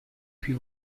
più